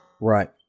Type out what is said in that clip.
Right